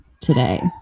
today